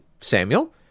Samuel